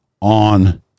on